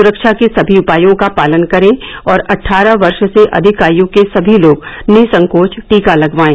सुरक्षा के सभी उपायों का पालन करें और अट्ठारह वर्ष से अधिक आयु के सभी लोग निःसंकोच टीका लगवाएं